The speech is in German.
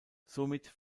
somit